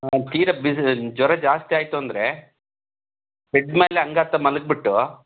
ತೀರ ಬಿಸ್ ಜ್ವರ ಜಾಸ್ತಿ ಆಯ್ತೂಂದ್ರೆ ಬೆಡ್ ಮೇಲೆ ಅಂಗಾತ ಮಲಗಿಬಿಟ್ಟು